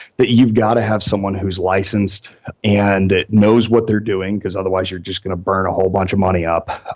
that you've got to have someone who's licensed and that knows what they're doing, because otherwise you're just going to burn a whole bunch of money up,